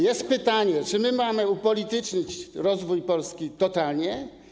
Jest pytanie: Czy mamy upolitycznić rozwój Polski totalnie?